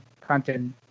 content